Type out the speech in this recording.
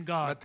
God